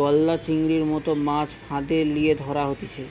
গলদা চিংড়ির মতো মাছ ফাঁদ লিয়ে ধরা হতিছে